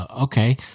Okay